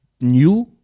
New